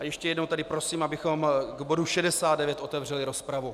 Ještě jednou prosím, abychom k bodu 69 otevřeli rozpravu.